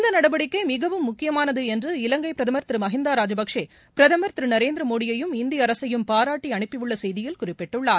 இந்த நடவடிக்கை மிகவும் முக்கியமானது என்று இலங்கை பிரதமர் திரு மகிந்தா ராஜபக்சே பிரதம் திரு நரேந்திரமோடியையும் இந்திய அரசையும் பாராட்டி அனுப்பியுள்ள செய்தியில் குறிப்பிட்டுள்ளார்